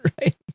right